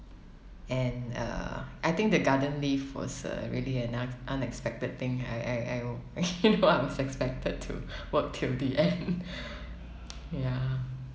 and uh I think the garden leave was uh really an un~ unexpected thing I I I you know I was expected to work till the end ya